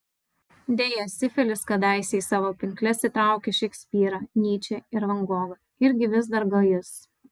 deja sifilis kadaise į savo pinkles įtraukęs šekspyrą nyčę ir van gogą irgi vis dar gajus